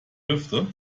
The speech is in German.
lüfte